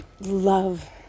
love